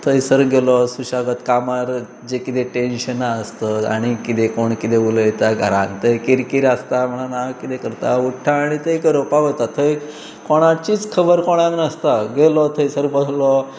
थंयसर गेलो सुशेगाद कामार जें कितें टेंन्शनां आसतत आनी कितें करता उठता आनी तेंय गरोवपाक वता थंय कोणाचीच खबर कोणाक नासता गेलो थंयसर बसलो